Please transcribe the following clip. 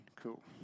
cool